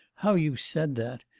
how you said that!